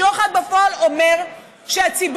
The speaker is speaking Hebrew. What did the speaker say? שוחד בפועל אומר שהציבור,